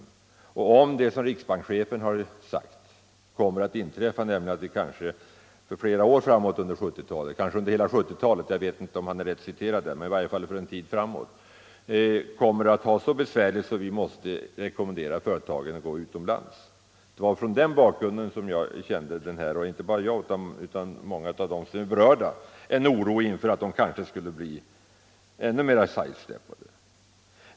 En oro för att det som riksbankschefen har talat om kommer att inträffa, nämligen att vi kanske för flera år framåt under 1970-talet eller under hela 1970-talet — jag vet inte om han är rätt citerad, men i varje fall för en tid framåt — kommer att ha det så besvärligt att vi måste rekommendera företagen att låna utomlands. Mot den bak grunden har inte bara jag utan också många av de företag som är berörda fruktat att småföretagen kanske skulle bli ännu mera sidsteppade.